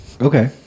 Okay